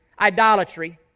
Idolatry